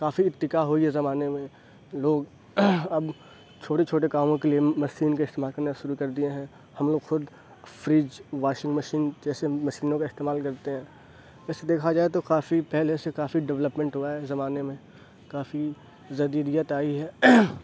کافی ارتقاء ہوئی ہے زمانے میں لوگ اب چھوٹے چھوٹے کاموں کے لیے مسین کا استعمال کرنا شروع کر دیے ہیں ہم لوگ خود فریج واشنگ مشین جیسے مشینوں کا استعمال کرتے ہیں ویسے دیکھا جائے تو کافی پہلے سے کافی ڈیولپمنٹ ہوا ہے زمانے میں کافی جدیدیت آئی ہے